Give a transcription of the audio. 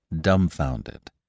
dumbfounded